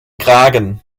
kragen